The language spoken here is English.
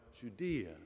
Judea